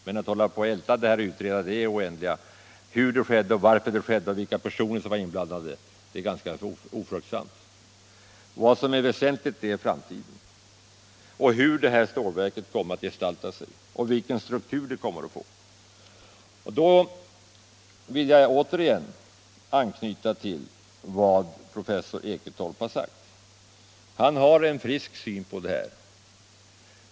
Men att hålla på och älta och utreda i det oändliga hur det skedde, varför det skedde och vilka personer som var inblandade, det är ganska ofruktbart. Vad som är väsentligt är framtiden, hur det här stålverket kommer att gestalta sig och vilken struktur det kommer att få. Då vill jag återigen anknyta till vad professor Eketorp har sagt. Han har en frisk syn på detta.